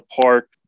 park